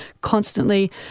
constantly